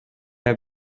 have